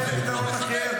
אין פתרון אחר.